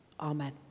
amen